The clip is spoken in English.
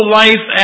life